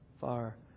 far